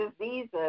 diseases